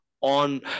on